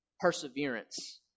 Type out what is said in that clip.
perseverance